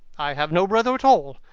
i have no brother at all.